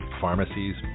pharmacies